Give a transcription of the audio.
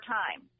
time